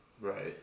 Right